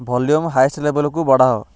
volume highest ଲେବଲ୍କୁ ବଢ଼ାଅ